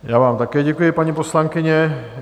Já vám také děkuji, paní poslankyně.